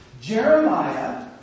Jeremiah